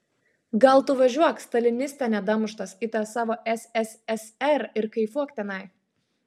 gal tu važiuok staliniste nedamuštas į tą savo sssr ir kaifuok tenai